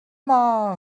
mal